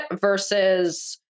versus